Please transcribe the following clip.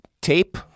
tape